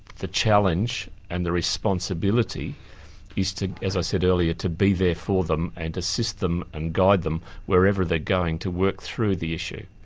the challenge and the responsibility is to, as i said earlier, to be there for them and to assist them and guide them wherever they're going to work through the issue.